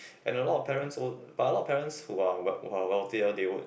and a lot of parents but a lot of parents who are wealthier they would